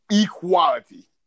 equality